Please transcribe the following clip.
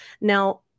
Now